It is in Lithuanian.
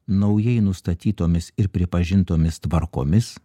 naujai nustatytomis ir pripažintomis tvarkomis